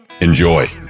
Enjoy